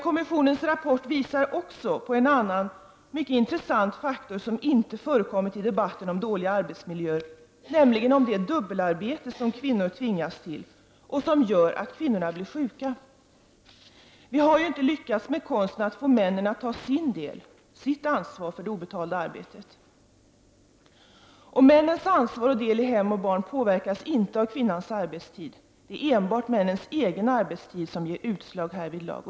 Kommissionens rapport visade också på en annan, mycket intressant faktor som inte förekommit i debatten om dåliga arbetsmiljöer, nämligen det dubbelarbete som kvinnor tvingas till och som gör dem sjuka. Vi har ju inte lyckats med konsten att få männen att ta sin del och sitt ansvar för det obetalda arbetet. Männens ansvar och del i hem och barn påverkas inte av kvinnans arbetstid. Det är enbart männens egen arbetstid som ger utslag härvidlag.